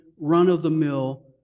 run-of-the-mill